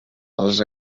els